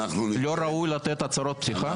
לא ראוי לתת הצהרות פתיחה?